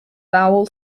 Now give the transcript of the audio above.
vowel